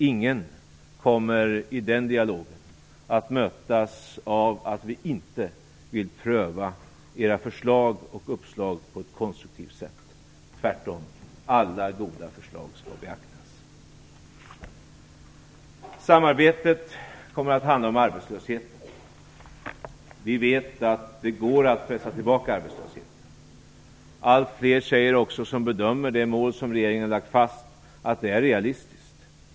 Ingen kommer i den dialogen att mötas av att vi inte vill pröva era förslag och uppslag på ett konstruktivt sätt - tvärtom. Alla goda förslag skall beaktas. Samarbetet kommer att handla om arbetslösheten. Vi vet att det går att pressa tillbaka arbetslösheten. Allt fler som bedömer det mål som regeringen har lagt fast säger också att det är realistiskt.